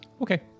Okay